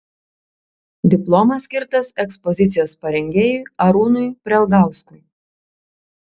diplomas skirtas ekspozicijos parengėjui arūnui prelgauskui